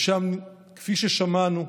ושם, כפי ששמענו,